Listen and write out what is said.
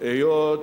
היות